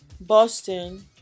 Boston